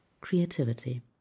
creativity